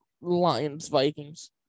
Lions-Vikings